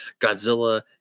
Godzilla